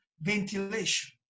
ventilation